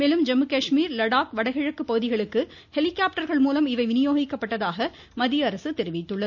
மேலும் ஜம்மு காஷ்மீர் லடாக் வடகிழக்கு பகுதிகளுக்கு ஹெலிகாப்டர்கள் மூலமாக இவை வினியோகிக்கப்பட்டதாக மத்திய அரசு தெரிவித்துள்ளது